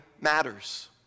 matters